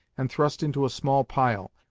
and thrust into a small pile.